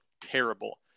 terrible